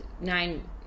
nine